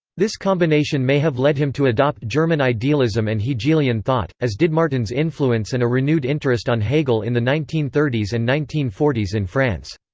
this combination may have led him to adopt german idealism and hegelian thought, as did martin's influence and a renewed interest on hegel in the nineteen thirty s and nineteen forty s in france.